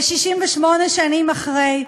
ו-68 שנים אחרי,